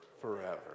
forever